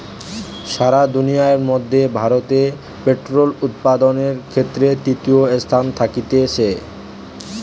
সারা দুনিয়ার মধ্যে ভারতে পোল্ট্রি উপাদানের ক্ষেত্রে তৃতীয় স্থানে থাকতিছে